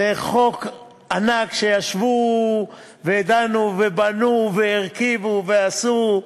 זה חוק ענק, שישבו ודנו ובנו והרכיבו ועשו,